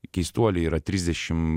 keistuoliai yra trisdešim